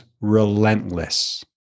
relentless